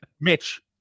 Mitch